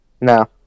No